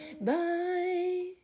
bye